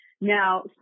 Now